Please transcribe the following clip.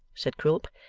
said quilp.